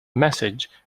message